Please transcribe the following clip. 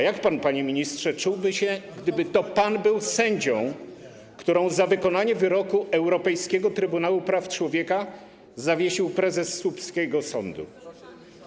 Jak pan, panie ministrze, czułby się, gdyby to pan był sędzią, którą za wykonanie wyroku Europejskiego Trybunału Praw Człowieka zawiesił prezes słupskiego sądu?